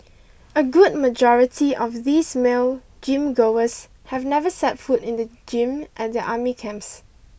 a good majority of these male gym goers had never set foot in the gym at their army camps